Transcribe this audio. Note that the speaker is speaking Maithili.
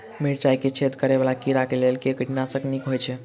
मिर्चाय मे छेद करै वला कीड़ा कऽ लेल केँ कीटनाशक नीक होइ छै?